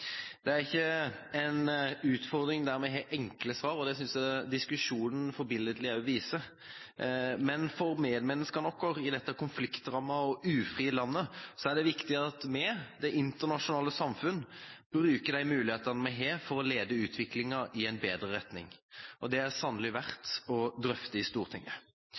Det er ikke en utfordring der vi har enkle svar, og det synes jeg også diskusjonen forbilledlig viser, men for medmenneskene våre i dette konfliktrammede og ufrie landet er det viktig at vi – det internasjonale samfunn – bruker de mulighetene vi har for å lede utviklinga i en bedre retning. Det er sannelig verdt å drøfte i Stortinget.